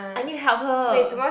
I need to help her